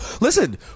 listen